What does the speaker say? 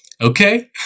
Okay